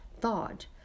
thought